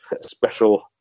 special